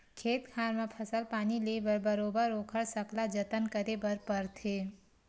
खेत खार म फसल पानी ले बर बरोबर ओखर सकला जतन करे बर परथे